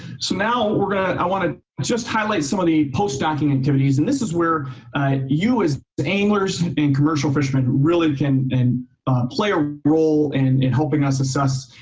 so now we're going to, i want to just highlight some of the post stocking activities. and this is where you as the anglers and commercial fishermen really can and play a role in helping us assess